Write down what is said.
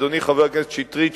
אדוני חבר הכנסת שטרית,